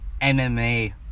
MMA